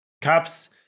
caps